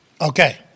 Okay